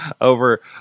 over